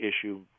issue